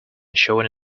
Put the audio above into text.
showing